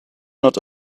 not